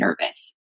nervous